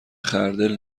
خردل